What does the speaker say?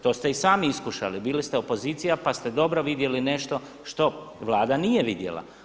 To ste i sami iskušali, bili ste opozicija pa ste dobro vidjeli nešto što Vlada nije vidjela.